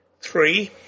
Three